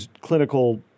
clinical